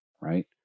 right